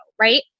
right